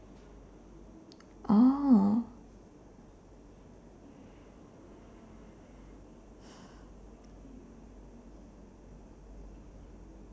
oh